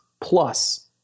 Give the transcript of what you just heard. plus